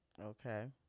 Okay